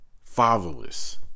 Fatherless